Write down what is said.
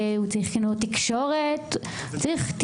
צריך קלינאות תקשורת,